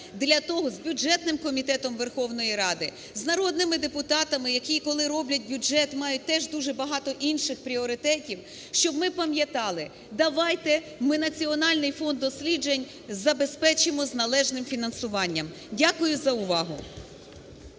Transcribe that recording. для того… з бюджетним комітетом Верховної Ради, з народними депутатами, які, коли роблять бюджет, мають теж дуже багато інших пріоритетів, щоб ми пам'ятали, давайте ми Національний фонд досліджень забезпечимо з належним фінансуванням. Дякую за увагу.